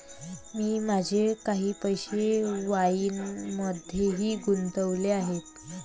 मी माझे काही पैसे वाईनमध्येही गुंतवले आहेत